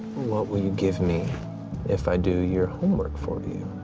what will you give me if i do your homework for you?